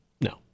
No